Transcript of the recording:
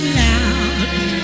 loud